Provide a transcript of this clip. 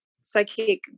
psychic